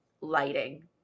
lighting